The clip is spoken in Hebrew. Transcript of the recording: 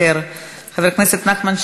חבר הכנסת עמר בר-לב,